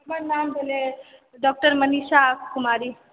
हमर नाम भेलै डॉक्टर मनीषा कुमारी